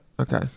Okay